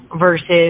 versus